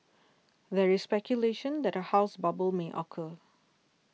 there is speculation that a house bubble may occur